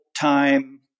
time